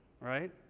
Right